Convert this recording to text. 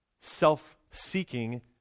self-seeking